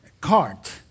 cart